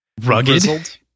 rugged